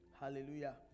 Hallelujah